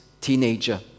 teenager